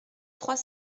trois